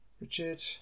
richard